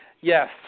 Yes